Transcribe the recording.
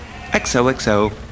XOXO